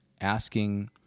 asking